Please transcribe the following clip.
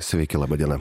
sveiki laba diena